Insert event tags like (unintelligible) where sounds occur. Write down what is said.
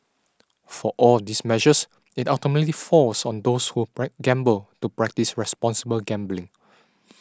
for all these measures it ultimately falls on those who (unintelligible) gamble to practise responsible gambling